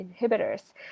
inhibitors